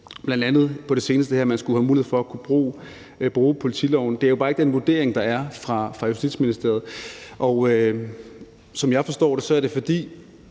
bl.a. her på det seneste at man skulle have mulighed for at kunne bruge politiloven. Det er jo bare ikke den vurdering, der er fra Justitsministeriet. Som jeg forstår det, er det, fordi